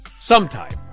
sometime